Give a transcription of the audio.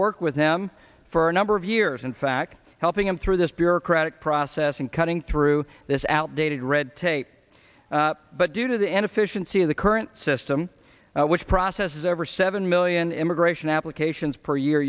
worked with them for a number of years in fact helping him through this bureaucratic process and cutting through this outdated red tape but due to the end efficiency of the current system which processes over seven million immigration applications per year